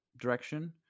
direction